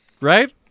Right